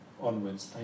onwards